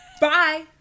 Bye